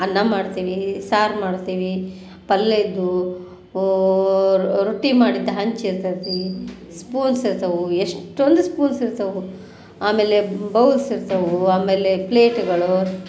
ಅನ್ನ ಮಾಡ್ತೀವಿ ಸಾರು ಮಾಡ್ತೀವಿ ಪಲ್ಯದ್ದು ಓ ರೊಟ್ಟಿ ಮಾಡಿದ್ದು ಹಂಚಿ ಇರ್ತೈತಿ ಸ್ಪೂನ್ಸ್ ಇರ್ತವೆ ಎಷ್ಟೊಂದು ಸ್ಪೂನ್ಸ್ ಇರ್ತವೆ ಆಮೇಲೆ ಬೌಲ್ಸ್ ಇರ್ತವೆ ಆಮೇಲೆ ಪ್ಲೇಟ್ಗಳು